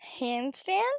Handstand